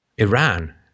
Iran